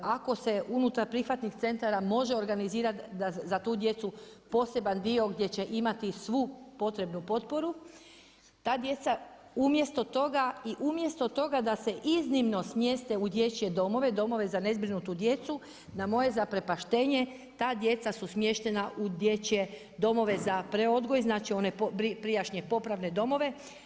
Ako se unutar prihvatnih centara može organizirati za tu djecu poseban dio, gdje će imati svu potrebnu potporu, ta djeca umjesto toga i umjesto toga da se iznimno smjeste u dječje domove, domove za nezbrinutu djecu, na moje zaprepaštenje, ta djeca su smještena u dječje domove za pred odgoje, znači one prijašnje popravne domove.